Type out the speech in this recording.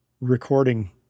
recording